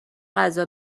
غذا